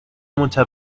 mucha